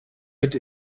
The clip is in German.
mit